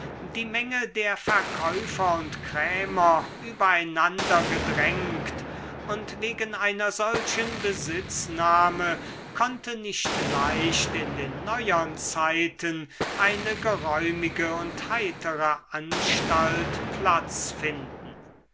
die menge der verkäufer und krämer übereinander gedrängt und wegen einer solchen besitznahme konnte nicht leicht in den neuern zeiten eine geräumige und heitere anstalt platz finden